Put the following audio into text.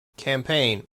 campaign